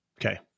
Okay